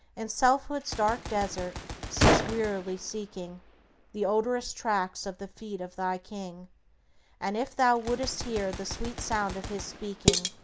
in selfhood's dark desert cease wearily seeking the odorous tracks of the feet of thy king and if thou wouldst hear the sweet sound of his speaking,